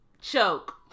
choke